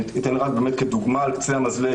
דוגמה על קצה המזלג